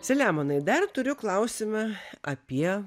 selemonai dar turiu klausimą apie